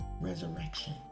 resurrection